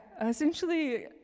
essentially